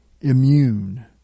immune